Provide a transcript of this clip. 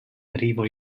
medieval